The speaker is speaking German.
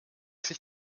sich